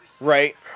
Right